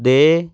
ਦੇ